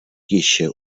tiše